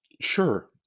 Sure